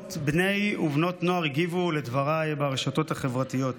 מאות בני ובנות נוער הגיבו לדבריי ברשתות החברתיות,